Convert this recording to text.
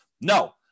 no